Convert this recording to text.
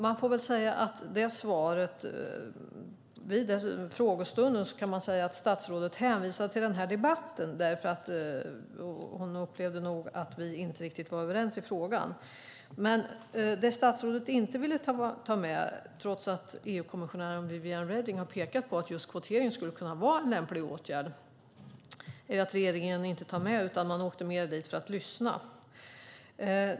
Man kan säga att statsrådet vid detta möte hänvisade till den här debatten, för hon upplevde nog att vi inte riktigt var överens i frågan. Statsrådet ville inte ta med argument för kvotering trots att EU-kommissionären Viviane Reding har pekat på att just kvotering skulle kunna vara en lämplig åtgärd, utan regeringen hade mer avsikten att lyssna.